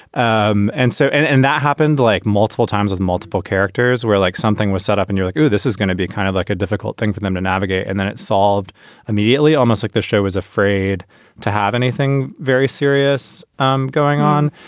um and so and and that happened like multiple times with multiple characters were like something was set up and you're like, oh, this is gonna be kind of like a difficult thing for them to navigate. and then it's solved immediately, almost like the show was afraid to have anything very serious um going on.